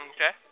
Okay